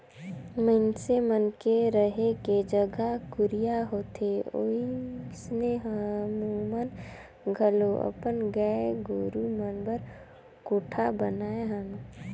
मइनसे मन के रहें के जघा कुरिया होथे ओइसने हमुमन घलो अपन गाय गोरु मन बर कोठा बनाये हन